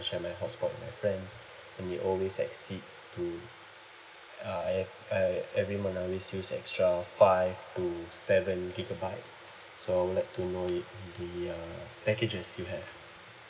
and share my hotspot with my friends and it always exceeds to uh I've I every month I always use extra five to seven gigabyte so I would like to know with the uh packages you have